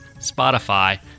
Spotify